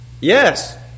Yes